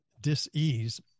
dis-ease